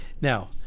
now